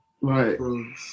Right